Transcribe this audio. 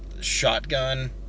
shotgun